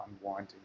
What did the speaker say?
unwinding